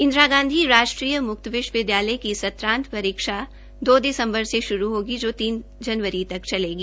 इंदिरा गांधी राष्ट्रीय मुक्त विश्वविदयाय की सत्रांत परीक्षा दो दिसम्बर से श्रू होगी जो तीन जनवरी तक चलेगी